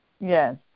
Yes